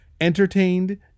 entertained